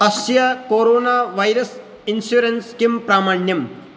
अस्य corona virus insurance किं प्रामाण्यम्